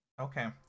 Okay